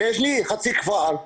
ויש לי חצי כפר.